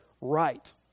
right